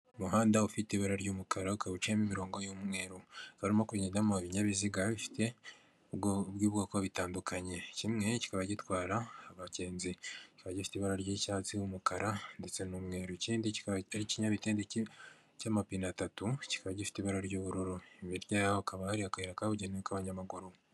Umuhanda ufite ibara ry'umukara ukaba uciyemo imirongo y'umweru, ukaba urimo kugendamo ibinyabiziga by'ubwoko butandukanye, kimwe kikaba gitwara abagenzi, kikaba gifite ibara ry'icyatsi n'umukara ndetse n'umweru, ikindi kikaba ari ikinyabitende cy'amapine atatu, kikaba gifite ibara ry'ubururu, hirya yaho hakaba hari akayira kabugenewe k'abanyamaguru.